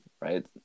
right